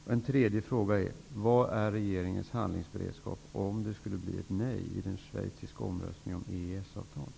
Min tredje fråga är: Vad är regeringens handlingsberedskap om det skulle bli ett nej i den schweiziska folkomröstningen om EES-avtalet?